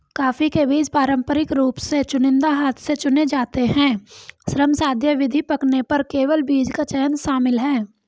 coffee के बीज पारंपरिक रूप से चुनिंदा हाथ से चुने जाते हैं, श्रमसाध्य विधि, पकने पर केवल बीज का चयन शामिल है